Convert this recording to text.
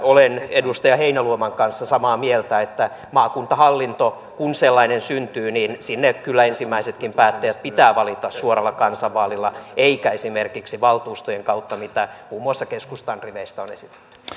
olen edustaja heinäluoman kanssa samaa mieltä että maakuntahallintoon kun sellainen syntyy kyllä ensimmäisetkin päättäjät pitää valita suoralla kansanvaalilla eikä esimerkiksi valtuustojen kautta mitä muun muassa keskustan riveistä on esitetty